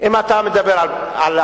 אם אתה מדבר על דמוקרטיה.